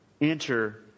enter